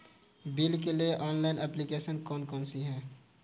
Bill के लिए online application कौन कौन सी हैं?